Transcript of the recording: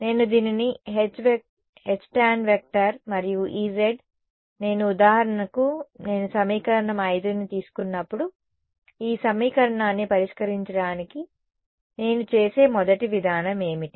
నేను దీనిని Htan మరియు Ez నేను ఉదాహరణకు నేను సమీకరణం 5ని తీసుకున్నప్పుడు ఈ సమీకరణాన్ని పరిష్కరించడానికి నేను చేసే మొదటి విధానం ఏమిటి